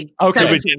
Okay